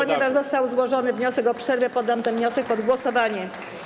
Ponieważ został złożony wniosek o przerwę, poddam ten wniosek pod głosowanie.